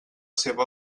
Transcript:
seva